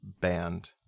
band